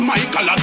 Michael